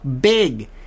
big